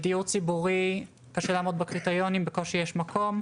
דיור ציבורי קשה מאוד לעמוד בקריטריונים וכמעט תמיד בקושי יש מקום,